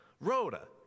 Rhoda